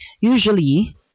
Usually